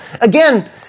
again